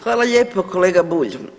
Hvala lijepo kolega Bulj.